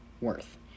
worth